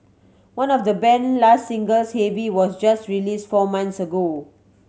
one of the band last singles Heavy was just release four months ago